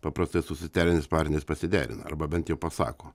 paprastai su socialiniais partneriais pasiderina arba bent jau pasako